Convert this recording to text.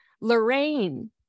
Lorraine